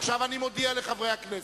עכשיו אני מודיע לחברי הכנסת: